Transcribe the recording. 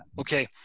Okay